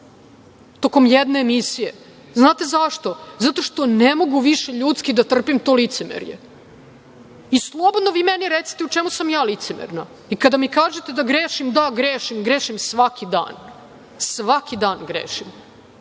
tokom jedne misije. Znate zašto? Zato što ne mogu više ljudski da trpim to licemerje. Slobodno vi meni recite u čemu sam ja licemerna. I kada mi kažete da grešim, da, grešim, grešim svaki dan. Svaki dan grešim,